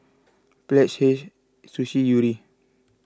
Pledge Hei Sushi Yuri